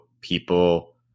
people